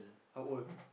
how old